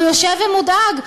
הוא יושב ומודאג,